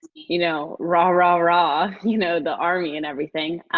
you know rah rah rah, you know the army and everything.